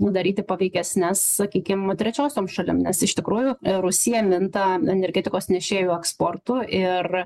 daryti paveikesnes sakykim trečiosiom šalim nes iš tikrųjų rusija minta energetikos nešėjų eksportu ir